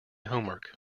homework